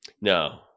No